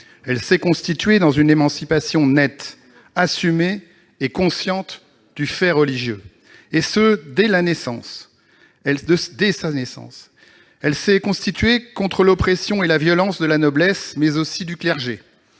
Elle s'est constituée dans une émancipation nette, assumée et consciente du fait religieux, et ce dès sa naissance. Elle s'est constituée contre l'oppression et la violence de la noblesse mais aussi du clergé.